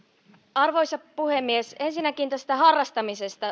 arvoisa puhemies ensinnäkin tästä harrastamisesta